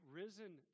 risen